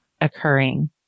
occurring